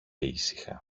ήσυχα